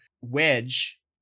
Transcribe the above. Wedge